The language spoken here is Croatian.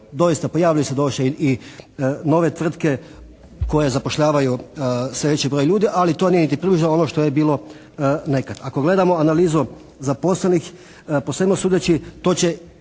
Doista, pojavljuju se doduše i nove tvrtke koje zapošljavaju sve veći broj ljudi ali to nije niti približno onome što je bilo nekad. Ako gledamo analizu zaposlenih po svemu sudeći to će